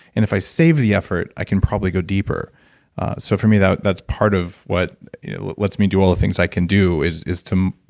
and if i save the effort, i can probably go deeper so for me that's part of what lets me do all the things i can do, is is to.